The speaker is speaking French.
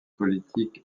politique